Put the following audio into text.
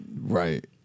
Right